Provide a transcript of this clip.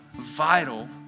vital